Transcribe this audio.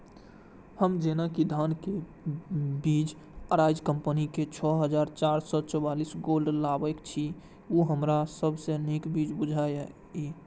हम जेना कि धान के बीज अराइज कम्पनी के छः हजार चार सौ चव्वालीस गोल्ड लगाबे छीय उ हमरा सब के नीक बीज बुझाय इय?